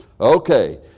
Okay